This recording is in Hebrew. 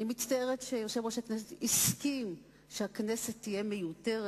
אני מצטערת שיושב-ראש הכנסת הסכים שהכנסת תהיה מיותרת.